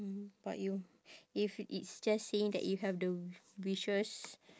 mmhmm but you if it's just saying that you have the wishes